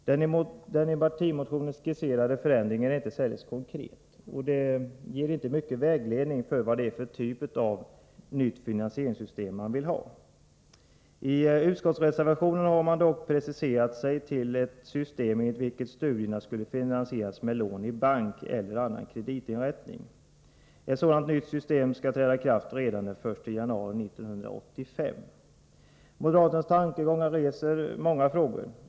Den i partimotionen skisserade förändringen är inte särskilt konkret och ger inte mycket vägledning för vad det är för typ av nytt finansieringssystem som man vill ha. I utskottsreservationen har man dock preciserat sig till ett system enligt vilket studierna skall finansieras med lån i bank eller annan kreditinrättning. Ett sådant nytt system skall träda i kraft redan den 1 januari 1985. Moderaternas nya tankegångar reser många frågor.